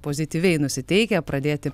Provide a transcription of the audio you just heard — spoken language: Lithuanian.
pozityviai nusiteikę pradėti